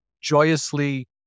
joyously